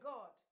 God